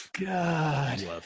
God